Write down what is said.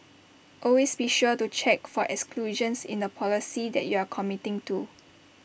always be sure to check for exclusions in the policy that you are committing to